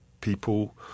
people